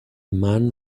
man